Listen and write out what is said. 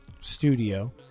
studio